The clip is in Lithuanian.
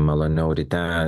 maloniau ryte